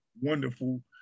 wonderful